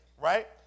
right